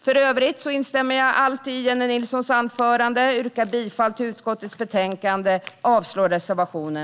För övrigt instämmer jag i allt i Jennie Nilssons anförande och yrkar bifall till utskottets förslag och avslag på reservationen.